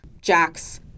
Jax